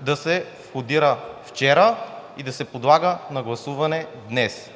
да се входира вчера и да се подлага на гласуване днес,